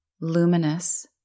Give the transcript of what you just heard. luminous